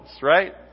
right